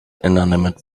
inanimate